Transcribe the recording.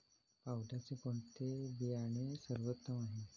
पावट्याचे कोणते बियाणे सर्वोत्तम आहे?